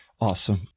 awesome